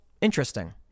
interesting